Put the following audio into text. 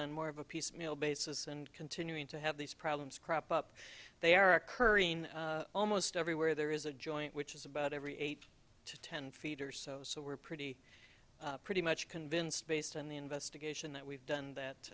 on more of a piecemeal basis and continuing to have these problems crop up they are occurring almost everywhere there is a joint which is about every eight to ten feet or so so we're pretty pretty much convinced based on the investigation that we've done that